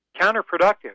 counterproductive